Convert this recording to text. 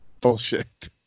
bullshit